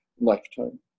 lifetime